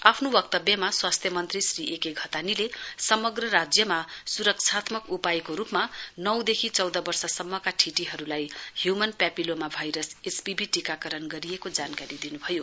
आफ्नो वक्तव्यमा स्वास्थ्य मन्त्री श्री एके घतानीले समग्र राज्यमा स्रक्षात्मक उपायको रूपमा नौ देखि चौध वर्षसम्मका ठिटीहरूलाई ह्युमन पेपीलोमा भाइरस एचपीभी टीकाकरण गरिएको जानकारी दिनुभयो